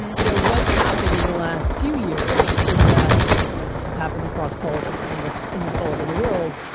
you know, what's happened in the last few years is that you know this has happened across politics and almost almost all over the world.